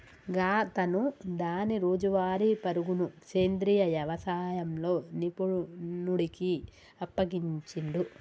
గాతను దాని రోజువారీ పరుగును సెంద్రీయ యవసాయంలో నిపుణుడికి అప్పగించిండు